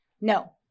No